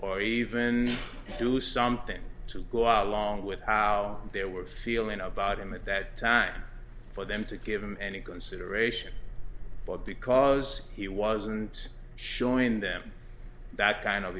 or even do something to go out along with how they were feeling about him at that time for them to give him any consideration but because he wasn't showing them that kind of